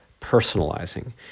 personalizing